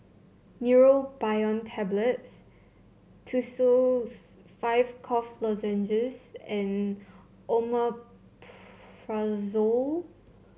Neurobion Tablets Tussils five Cough Lozenges and Omeprazole